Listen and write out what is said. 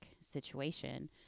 situation